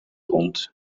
rond